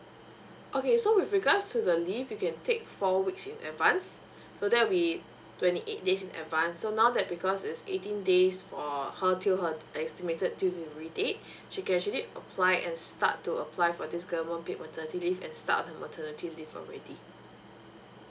okay so with regards to the leave you can take four weeks in advance so that'll be twenty eight days in advance so now that because is eighteen days for her till her estimated due delivery date she can actually apply and start to apply for this government paid maternity leave and start on her maternity leave already